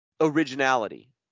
originality